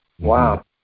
Wow